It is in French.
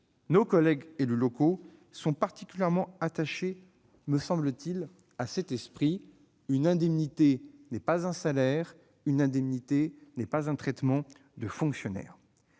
nos collègues élus locaux sont particulièrement attachés, me semble-t-il, à cet esprit ; une indemnité n'est pas un salaire ni un traitement de fonctionnaire.